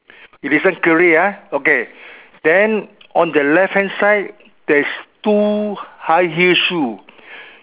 you listen clearly ah okay then on the left hand side there's two high heel shoe